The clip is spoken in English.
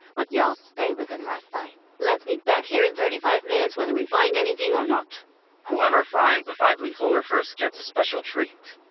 but y'all stay within my sight let's meet back here in thirty-five minutes whether we find anything or not whoever finds the five-leaf clover first gets a special treat!